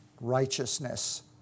righteousness